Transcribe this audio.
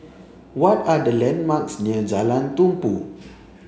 what are the landmarks near Jalan Tumpu